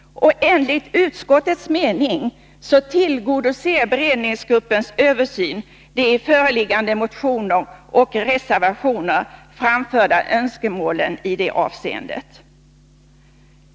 Enligt utskottets mening tillgodoser beredningsgruppens översyn de i föreliggande motioner och reservationer framförda önskemålen i det avseendet.